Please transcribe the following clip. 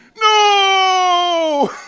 No